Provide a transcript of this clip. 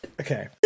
okay